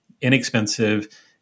inexpensive